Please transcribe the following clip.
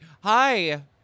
Hi